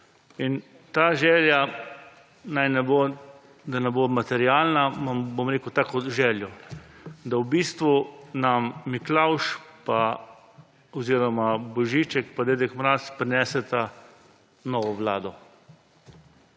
eno željo. Ta želja, da ne bo materialna, bom rekel tako željo, da v bistvu nam Miklavž ‒ oziroma Božiček in Dedek Mraz prineseta novo vlado,